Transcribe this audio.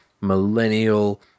millennial